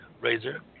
Razor